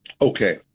Okay